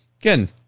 again